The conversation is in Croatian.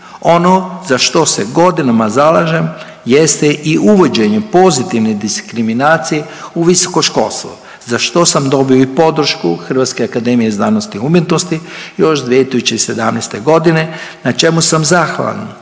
Ono za što se godinama zalažem jeste i uvođenje pozitivne diskriminacije u visoko školstvo, za što sam dobio i podršku HAZU-a još 2017. na čemu sam zahvalan